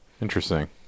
Interesting